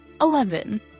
Eleven